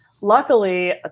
luckily